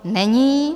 Není.